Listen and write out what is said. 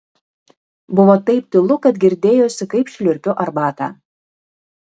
buvo taip tylu kad girdėjosi kaip šliurpiu arbatą